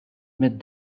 mid